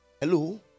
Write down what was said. Hello